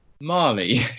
Marley